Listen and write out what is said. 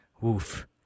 woof